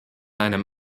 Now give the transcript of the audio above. einem